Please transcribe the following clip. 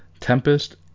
Tempest